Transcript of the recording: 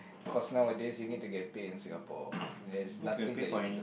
cause nowadays you need to get paid in Singapore there's nothing that you don't